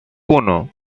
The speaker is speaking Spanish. uno